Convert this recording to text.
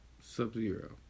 Sub-zero